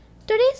Today's